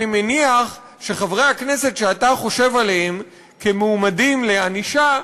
אני מניח שחברי הכנסת שאתה חושב עליהם כמועמדים לענישה,